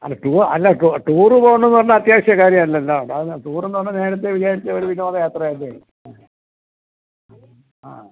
അല്ല ടൂർ അല്ല ടൂ ടൂർ പോവുന്നു എന്ന് പറഞ്ഞാൽ അത്യാവശ്യ കാര്യം അല്ലല്ലോ അതാണ് ടൂർ എന്ന് പറഞ്ഞാൽ നേരത്തെ വിചാരിച്ച ഒരു വിനോദയാത്ര അല്ലേ ആ ആ